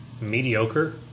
mediocre